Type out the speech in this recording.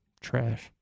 trash